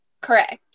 Correct